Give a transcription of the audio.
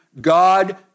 God